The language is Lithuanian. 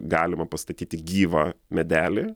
galima pastatyti gyvą medelį